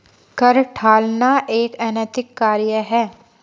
कर टालना एक अनैतिक कार्य है